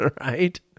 right